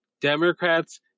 Democrats